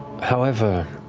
however,